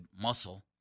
muscle